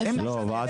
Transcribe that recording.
- לא,